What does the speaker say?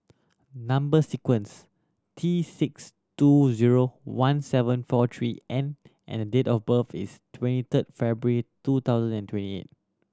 number sequence T six two zero one seven four three N and date of birth is twenty third February two thousand and twenty eight